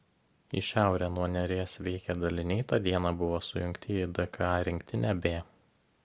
į šiaurę nuo neries veikę daliniai tą dieną buvo sujungti į dka rinktinę b